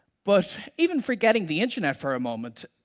but even forgetting the internet for a moment,